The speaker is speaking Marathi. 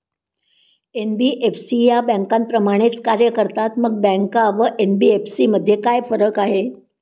एन.बी.एफ.सी या बँकांप्रमाणेच कार्य करतात, मग बँका व एन.बी.एफ.सी मध्ये काय फरक आहे?